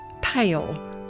pale